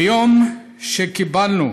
ביום שקיבלנו